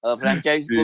franchise